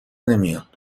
نمیاد